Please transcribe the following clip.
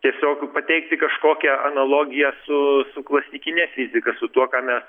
tiesiog pateikti kažkokią analogiją su su klasikine fizika su tuo ką mes